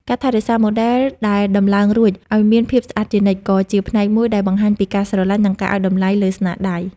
ការថែរក្សាម៉ូដែលដែលដំឡើងរួចឱ្យមានភាពស្អាតជានិច្ចក៏ជាផ្នែកមួយដែលបង្ហាញពីការស្រឡាញ់ និងការឱ្យតម្លៃលើស្នាដៃ។